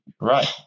Right